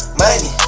money